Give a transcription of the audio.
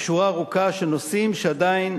בשורה ארוכה של נושאים שעדיין